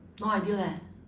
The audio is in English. no idea leh